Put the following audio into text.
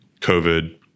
COVID